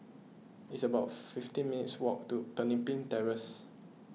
it's about fifteen minutes' walk to Pemimpin Terrace